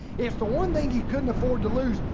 it's the one thing he couldn't afford to lose.